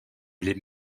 les